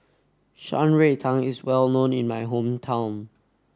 Shan Rui Tang is well known in my hometown